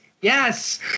Yes